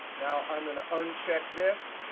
now i'm going to uncheck this.